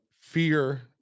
fear